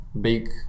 big